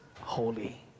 holy